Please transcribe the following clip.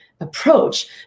approach